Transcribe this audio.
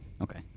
okay